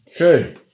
Okay